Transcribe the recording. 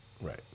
right